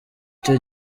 icyo